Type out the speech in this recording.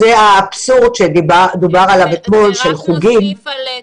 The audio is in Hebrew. זה האבסורד עליו דובר אתמול בקשר לחוגים.